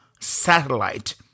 satellite